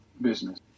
business